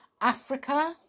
Africa